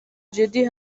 جدی